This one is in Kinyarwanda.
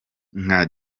nka